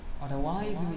otherwise